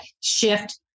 shift